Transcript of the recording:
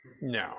No